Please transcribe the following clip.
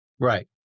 Right